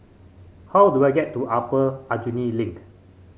how do I get to Upper Aljunied Link